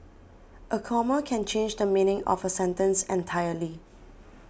a comma can change the meaning of a sentence entirely